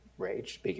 rage